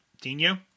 Dino